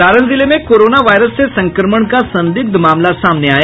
सारण जिले में corona virus से संक्रमण का संदिग्ध मामला सामने आया